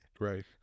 Right